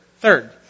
Third